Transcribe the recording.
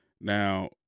now